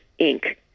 Inc